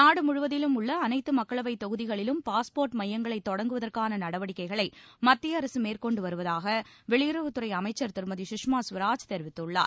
நாடு முழுவதிலும் உள்ள அனைத்து மக்களவை தொகுதிகளிலும் பாஸ்போர்ட் மையங்களை தொடங்குவதற்கான நடவடிக்கைகளை மத்திய அரசு மேற்கொண்டு வருவதாக வெளியுறவுத்துறை அமைச்சர் திருமதி சுஷ்மா ஸ்வராஜ் தெரிவித்துள்ளார்